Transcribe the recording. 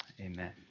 Amen